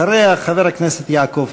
חברת הכנסת מיכל